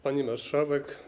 Pani Marszałek!